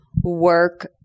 work